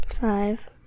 Five